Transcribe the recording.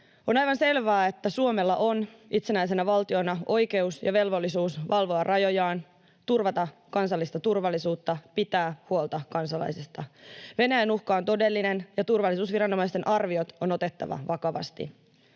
On aivan selvää, että Suomella on itsenäisenä valtiona oikeus ja velvollisuus valvoa rajojaan, turvata kansallista turvallisuutta ja pitää huolta kansalaisista. Venäjän uhka on todellinen, ja turvallisuusviranomaisten arviot on otettava vakavasti.